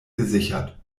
gesichert